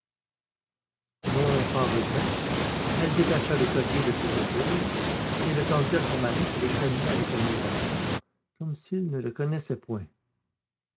non sans regret elle détacha le collier de ses épaules et le tendit à son mari qui l'examina avec admiration comme s'il ne le connaissait point